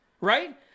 right